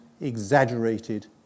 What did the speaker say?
exaggerated